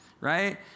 Right